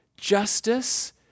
Justice